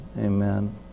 Amen